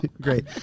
Great